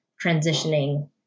transitioning